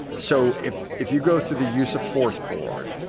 so if if you go through the use of force board,